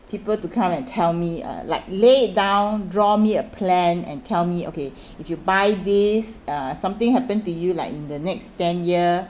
people to come and tell me uh like lay it down draw me a plan and tell me okay if you buy this uh something happen to you like in the next ten year